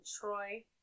Troy